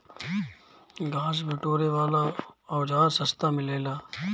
घास बिटोरे वाला औज़ार सस्ता मिलेला